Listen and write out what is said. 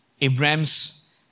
Abraham's